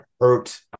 hurt